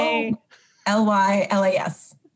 L-Y-L-A-S